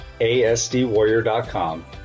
asdwarrior.com